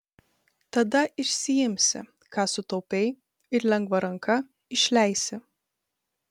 tada išsiimsi ką sutaupei ir lengva ranka išleisi